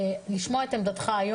לשמוע את עמדתך,